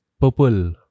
Purple